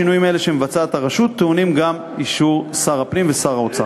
שינויים אלה שמבצעת הרשות טעונים אישור שר הפנים ושר האוצר.